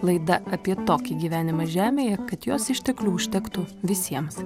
laida apie tokį gyvenimą žemėje kad jos išteklių užtektų visiems